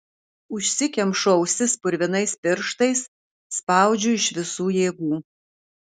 užsikemšu ausis purvinais pirštais spaudžiu iš visų jėgų